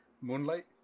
Moonlight